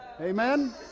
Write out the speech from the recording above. Amen